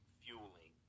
fueling